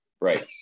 right